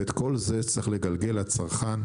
את כל זה צריך לגלגל לצרכן.